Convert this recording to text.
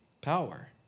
power